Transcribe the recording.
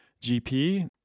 GP